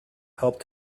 helped